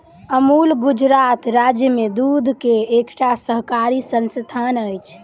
अमूल गुजरात राज्य में दूध के एकटा सहकारी संस्थान अछि